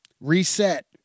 reset